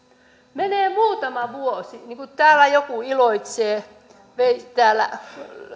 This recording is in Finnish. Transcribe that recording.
menee muutama vuosi niin täällä joku iloitsee täällä